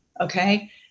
Okay